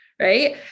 Right